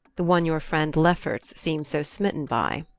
the one your friend lefferts seems so smitten by.